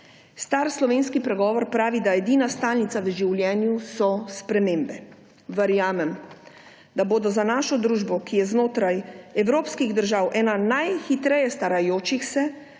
Star slovenski pregovor pravi, da edina stalnica v življenju so spremembe. Verjamem, da bosta za našo družbo, ki je znotraj evropskih držav ena najhitreje starajočih se,